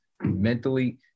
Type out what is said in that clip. mentally